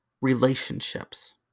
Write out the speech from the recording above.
relationships